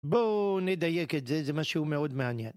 בואו נדייק את זה, זה משהו מאוד מעניין.